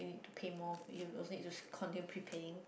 pay more you you'll need to continue prepaying